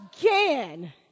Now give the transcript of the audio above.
again